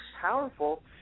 powerful